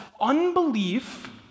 unbelief